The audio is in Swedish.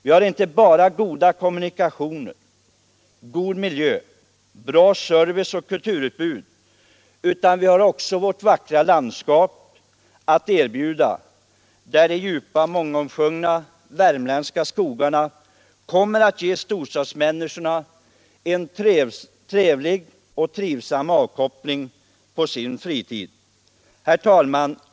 Vi har inte bara goda kommunikationer, god miljö, bra service och ett bra kulturutbud, utan vi har också vårt vackra landskap att erbjuda, där de djupa mångomsjungna värmländska skogarna kommer att ge storstadsmänniskorna en trivsam avkoppling inte minst på deras fritid. Herr talman!